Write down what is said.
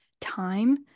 time